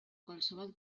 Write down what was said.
qualsevol